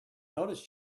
noticed